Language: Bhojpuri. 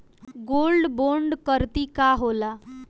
गोल्ड बोंड करतिं का होला?